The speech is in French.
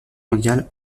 mondiale